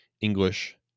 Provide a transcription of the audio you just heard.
English